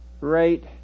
right